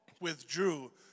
withdrew